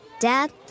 Dad